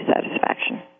satisfaction